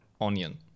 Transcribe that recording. onion